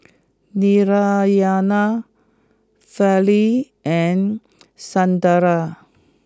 Narayana Fali and Sunderlal